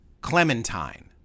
Clementine